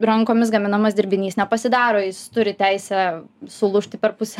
rankomis gaminamas dirbinys nepasidaro jis turi teisę sulūžti per pusę